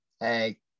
Hey